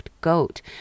goat